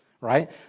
right